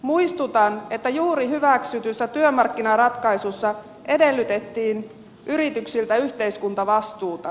muistutan että juuri hyväksytyssä työmarkkinaratkaisussa edellytettiin yrityksiltä yhteiskuntavastuuta